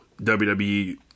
WWE